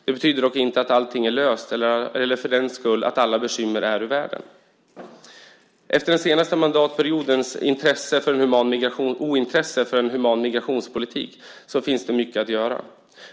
Det betyder dock inte att allt är löst eller att alla bekymmer är ur världen. Efter den senaste mandatperiodens ointresse för en human migrationspolitik finns det mycket att göra.